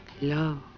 love